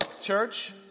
church